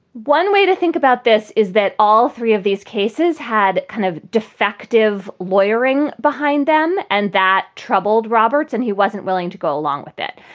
one way to think about this is that all three of these cases had kind of defective lawyering behind them and that troubled roberts and he wasn't willing to go along with it.